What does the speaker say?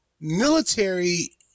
military